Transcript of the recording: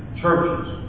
churches